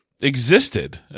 existed